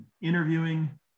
interviewing